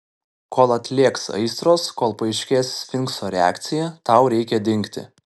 kol atlėgs aistros kol paaiškės sfinkso reakcija tau reikia dingti